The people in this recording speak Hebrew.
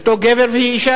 היותו גבר והיא,